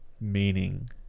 meaning